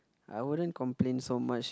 I wouldn't complain so much